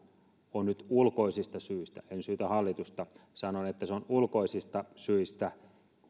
on nyt ulkoisista syistä en syytä hallitusta sanon että ulkoisista syistä